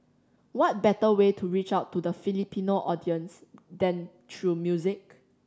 what better way to reach out to the Filipino audience than through music